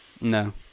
No